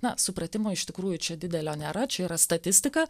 na supratimo iš tikrųjų čia didelio nėra čia yra statistika